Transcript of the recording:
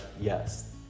yes